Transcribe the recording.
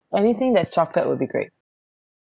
anything that's chocolate would be great